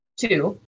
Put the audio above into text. Two